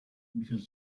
because